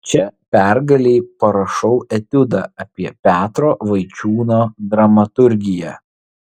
čia pergalei parašau etiudą apie petro vaičiūno dramaturgiją